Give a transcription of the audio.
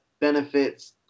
Benefits